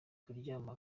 kuryama